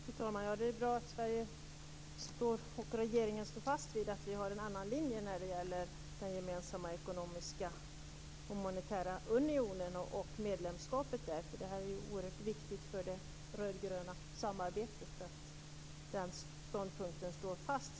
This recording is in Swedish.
Fru talman! Det är bra att regeringen står fast vid att vi har en annan linje när det gäller den gemensamma ekonomiska och monetära unionen och medlemskapet där. Det är ju oerhört viktigt för det rödgröna samarbetet att den ståndpunkten står fast.